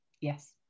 yes